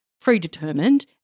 predetermined